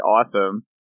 awesome